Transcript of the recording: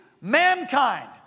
mankind